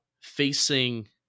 facing